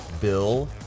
Bill